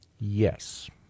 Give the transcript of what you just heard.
Yes